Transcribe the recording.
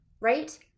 right